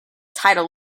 tidal